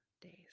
days